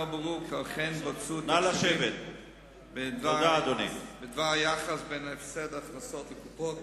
לא ברור כי אכן בוצעו תחשיבים בדבר היחס בין הפסד ההכנסות לקופות